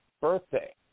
birthday